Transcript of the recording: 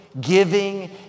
giving